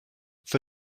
for